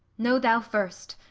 know thou first,